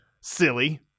silly